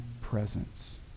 presence